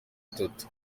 itatu